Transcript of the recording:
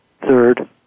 Third